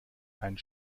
einen